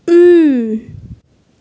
اۭں